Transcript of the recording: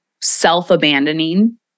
self-abandoning